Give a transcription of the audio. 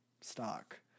stock